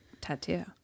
tattoo